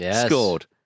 scored